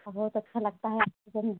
औ बहुत अच्छा लगता है